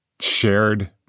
shared